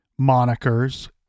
monikers